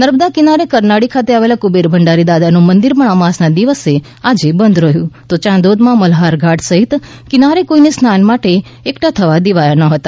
નર્મદા કિનારે કરનાળી ખાતે આવેલ કુબેર ભંડારી દાદાનું મંદિર પણ અમાસના દિવસે આજે બંધ રહ્યું તો ચાંદોદમાં મલ્હાર ઘાટ સહિતના કિનારે કોઈને સ્નાન માટે એકઠા થવા દેવાયા નહોતા